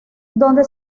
donde